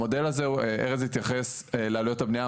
המודל הזה ארז התייחס לעלויות הבניה,